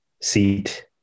seat